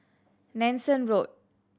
Nanson Road